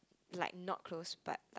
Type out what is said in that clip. like not close but like